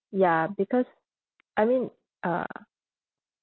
ya because I mean uh